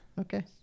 okay